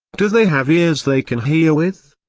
do they have ears they can hear with?